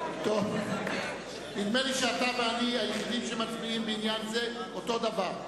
נדמה לי שאתה ואני היחידים שמצביעים בעניין זה אותו הדבר.